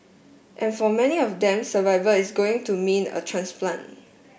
and for many of them survival is going to mean a transplant